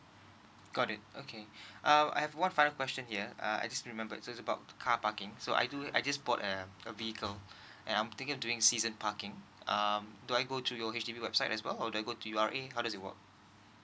got it okay uh I have one final question here uh I just remembered just about car parking so I do I just bought a a vehicle and I'm thinking of doing season parking um do I go through your H_D_B website as well or do I go to U_R_A how does it work